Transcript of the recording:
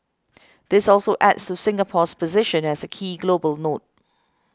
this also adds to Singapore's position as a key global node